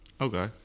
Okay